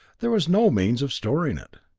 there was no means of storing it.